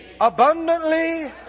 abundantly